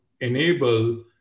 enable